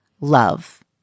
love